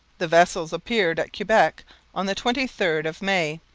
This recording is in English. the vessels appeared at quebec on the twenty third of may,